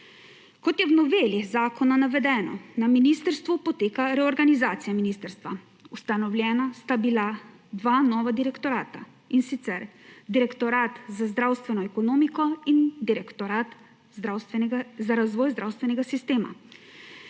Kot je v noveli zakona navedeno, na ministrstvu poteka reorganizacija ministrstva. Ustanovljena sta bila dva nova direktorata, in sicer Direktorat za zdravstveno ekonomiko in Direktorat za razvoj zdravstvenega sistema,